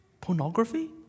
pornography